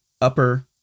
upper